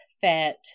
Fat